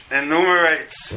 enumerates